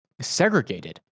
segregated